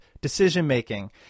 decision-making